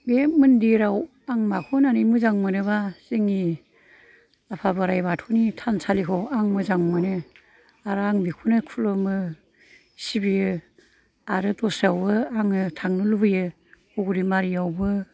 बे मन्दिरआव आं माखौ होननानै मोजां मोनोबा जोंनि आफा बोराय बाथौनि थानसालिखौ आं मोजां मोनो आरो आं बेखौनो खुलुमो सिबियो आरो दस्रायावबो आङो थांनो लुबैयो बग्रि बारिआवबो